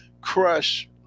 crush